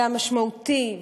והמשמעותי,